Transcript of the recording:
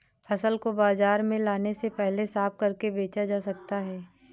फसल को बाजार में लाने से पहले साफ करके बेचा जा सकता है?